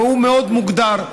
והוא מאוד מוגדר.